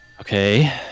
okay